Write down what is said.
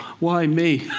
why me?